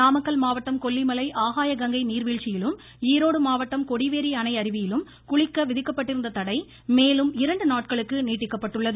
நாமக்கல் மாவட்டம் கொல்லிமலை ஆகாய கங்கை நீர்வீழ்ச்சியிலும் ஈரோடு மாவட்டம் கொடிவேரி அணை அருவியிலும் குளிக்க விதிக்கப்பட்டிருந்த தடை மேலும் இரண்டு நாட்களுக்கு நீட்டிக்கப்பட்டுள்ளது